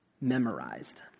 memorized